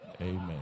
Amen